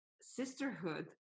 sisterhood